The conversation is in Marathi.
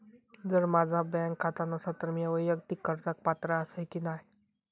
जर माझा बँक खाता नसात तर मीया वैयक्तिक कर्जाक पात्र आसय की नाय?